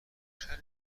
بشر